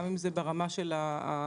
גם אם זה ברמה של החסמים,